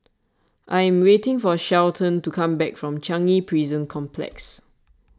I am waiting for Shelton to come back from Changi Prison Complex